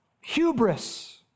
hubris